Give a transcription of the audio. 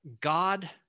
God